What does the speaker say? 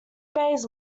bays